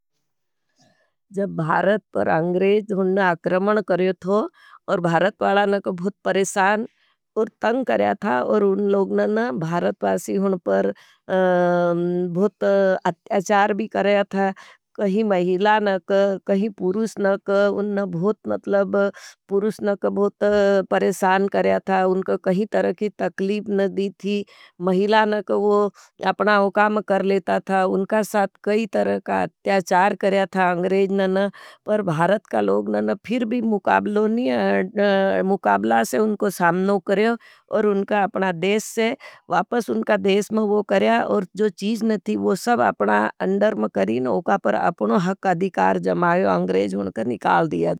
जब भारत पर अंग्रेज उनने अक्रमन करे थो। और भारत वालाने का बहुत परेशान और तंग करया था। और उनने लोगने भारत वासी होने पर बहुत अत्याचार भी करया था। कही महीला नक, कही पुरुष नक उनने बहुत परेशान करया था। उनके कही तरह की तकलीब न दी थी महीला नक अपना उकाम कर लेता था। उनका साथ कही तरह का अत्याचार करया था। अंग्रेज न न पर भारत का लोगने न फिर भी मुकाबला से उनको सामनो करेओ वापस उनका देश में वो करया। और जो चीज न थी वो सब अपना अंडर में करी न उका पर अपनों हक अधिकार जमायो अंग्रेज में कर निकाल दिया था।